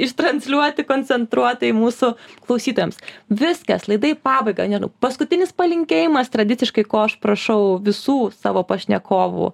ištransliuoti koncentruotai mūsų klausytojams viskas laida į pabaigą nežinau paskutinis palinkėjimas tradiciškai ko aš prašau visų savo pašnekovų